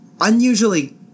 unusually